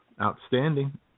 Outstanding